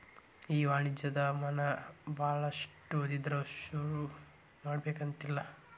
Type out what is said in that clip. ಈ ವಾಣಿಜ್ಯೊದಮನ ಭಾಳಷ್ಟ್ ಓದ್ದವ್ರ ಶುರುಮಾಡ್ಬೆಕಂತೆನಿಲ್ಲಾ